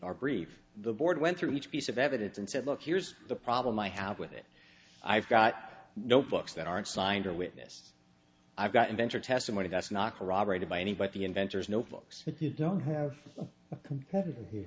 our brief the board went through each piece of evidence and said look here's the problem i have with it i've got no books that aren't signed a witness i've got inventer testimony that's not corroborated by anybody inventors no books but you don't have a competitor here